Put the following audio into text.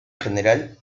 general